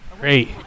Great